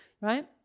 Right